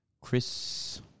Chris